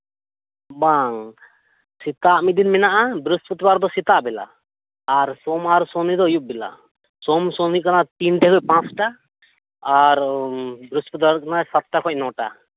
ᱵᱟᱝ ᱥᱮᱛᱟᱜ ᱢᱤᱫ ᱫᱤᱱ ᱢᱮᱱᱟᱜᱼᱟ ᱵᱨᱤᱦᱚᱥᱯᱚᱛᱤᱵᱟᱨ ᱫᱚ ᱥᱮᱛᱟᱜ ᱵᱮᱞᱟ ᱟᱨ ᱥᱳᱢ ᱟᱨ ᱥᱚᱱᱤ ᱫᱚ ᱟᱹᱭᱩᱵ ᱵᱮᱞᱟ ᱥᱳᱢ ᱥᱚᱱᱤ ᱠᱟᱱᱟ ᱛᱤᱱᱴᱮ ᱠᱷᱚᱱ ᱯᱟᱸᱪᱴᱟ ᱟᱨ ᱵᱨᱤᱦᱚᱥᱯᱚᱛᱤᱵᱟᱨ ᱦᱩᱭᱩᱜ ᱠᱟᱱᱟ ᱥᱟᱛᱴᱟ ᱠᱷᱚᱡ ᱱᱚᱴᱟ